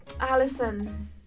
Alison